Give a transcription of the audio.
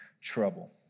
trouble